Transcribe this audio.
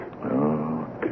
Okay